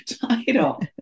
title